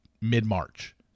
mid-March